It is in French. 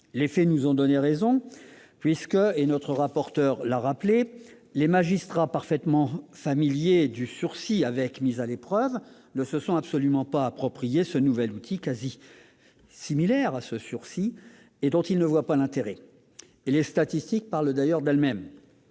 Les faits nous ont donné raison, puisque, notre rapporteur l'a rappelé, les magistrats, parfaitement familiers du sursis avec mise à l'épreuve, ne se sont absolument pas approprié ce nouvel outil, quasi similaire, dont ils ne voient pas l'intérêt. Les statistiques parlent d'elles-mêmes